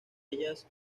ellas